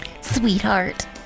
sweetheart